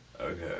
Okay